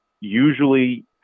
Usually